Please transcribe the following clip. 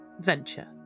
venture